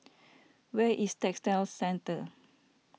where is Textile Centre